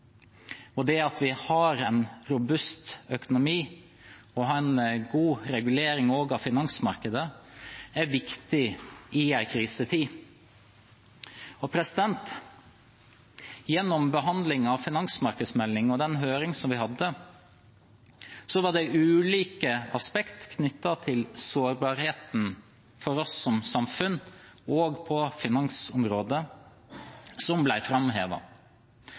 bedriftene. Det at vi har en robust økonomi, og også å ha en god regulering av finansmarkedet, er viktig i en krisetid. Gjennom behandlingen av finansmarkedsmeldingen og den høringen vi hadde, ble ulike aspekt knyttet til sårbarheten for oss som samfunn, også på finansområdet, framhevet. Blant annet framhevet Finansforbundet de utfordringene og den sårbarhet som